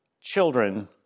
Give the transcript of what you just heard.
children